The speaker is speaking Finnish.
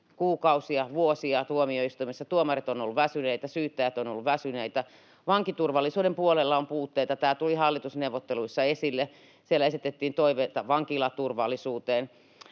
kuukausia, vuosia tuomioistuimessa. Tuomarit ovat olleet väsyneitä, syyttäjät ovat olleet väsyneitä, vankiturvallisuuden puolella on puutteita — tämä tuli hallitusneuvotteluissa esille. Siellä esitettiin toiveita vankilaturvallisuuteen.